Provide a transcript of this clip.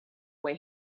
way